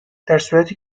درصورتی